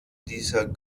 dieser